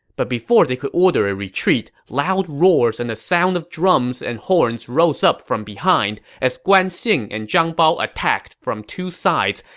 but before they could order a retreat, loud roars and the sound of drums and horns rose up from behind, as guan xing and zhang bao attacked from two sides,